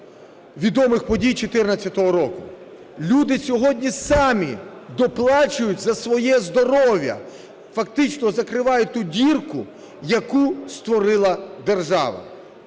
відомих подій 14-го року. Люди сьогодні самі доплачують за своє здоров'я. Фактично закривають ту дірку, яку створила держава.